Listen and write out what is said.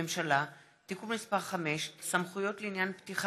הממשלה (תיקון מס' 5) (סמכויות לעניין פתיחה